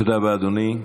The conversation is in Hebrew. תודה רבה, אדוני.